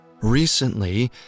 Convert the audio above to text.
Recently